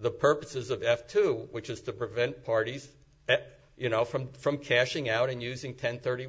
the purposes of f two which is to prevent parties that you know from from cashing out and using ten thirty